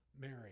Mary